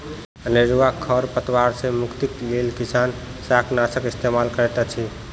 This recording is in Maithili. अनेरुआ खर पात सॅ मुक्तिक लेल किसान शाकनाशक इस्तेमाल करैत अछि